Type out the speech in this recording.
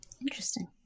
Interesting